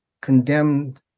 condemned